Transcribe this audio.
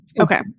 Okay